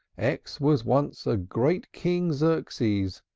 x was once a great king xerxes,